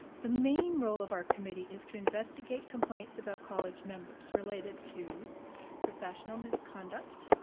the main role of our committee is to investigate complaints about college members related to professional misconduct,